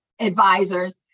advisors